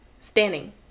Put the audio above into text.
standing